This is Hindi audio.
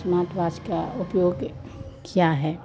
स्मार्ट वाच का उपयोग किया है